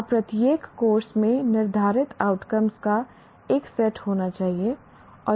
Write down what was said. और प्रत्येक कोर्स में निर्धारित आउटकम का एक सेट होना चाहिए